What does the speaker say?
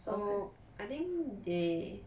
so I think they